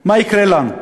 מה יקרה לנו?